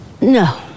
No